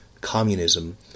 communism